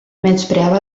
menyspreava